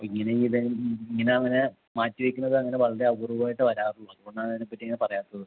ഇങ്ങനെ എങ്കിൽ ഇങ്ങനെ അങ്ങനെ മാറ്റി വയ്ക്കുന്നത് അങ്ങനെ വളരെ അപൂർവ്വമായിട്ടേ വരാറുള്ളൂ അതുകൊണ്ടാണ് അതിനെപ്പറ്റി പറയാത്തത്